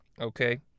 okay